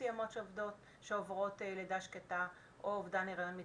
מסוימות שעוברות לידה שקטה או אובדן היריון מתקדם.